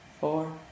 four